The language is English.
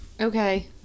Okay